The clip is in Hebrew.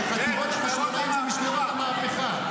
שחטיבת החשמונאים זה משמרות המהפכה.